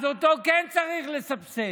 אז אותו כן צריך לסבסד.